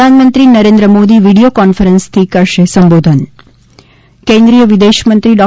પ્રધાનમંત્રી નરેન્દ્રમોદી વિડિયો કોન્ફરન્સથી કરશે સંબોધન કેન્દ્રીય વિદેશમંત્રી ડો